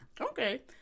Okay